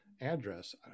address